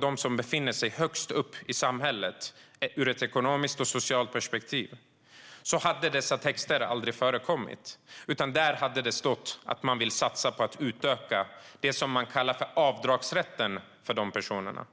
de som befinner sig högst upp i samhället ur ett ekonomiskt och socialt perspektiv, hade dessa texter aldrig förekommit. Där hade det stått att man vill satsa på att utöka det man kallar för avdragsrätten för de personerna.